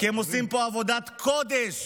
כי הם עושים פה עבודת קודש